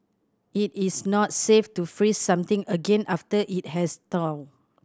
it is not safe to freeze something again after it has thawed